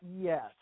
Yes